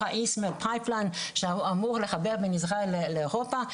האיסט-מד פייפ ליין שאמור לחבר בין ישראל לאירופה.